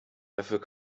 dafür